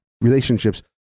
relationships